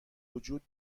وجود